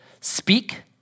speak